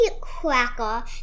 cracker